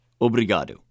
Obrigado